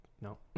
No